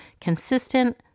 Consistent